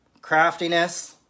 craftiness